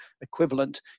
equivalent